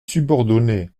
subordonné